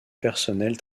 personnel